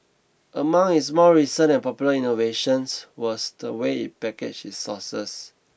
among its more recent and popular innovations was the way it packaged its sauces